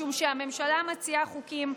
משום שהממשלה מציעה חוקים,